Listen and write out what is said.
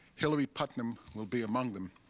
hilary putnam will be among them.